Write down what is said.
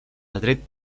atret